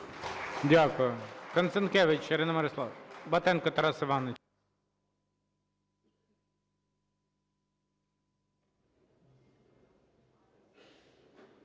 Дякую.